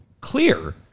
clear